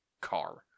car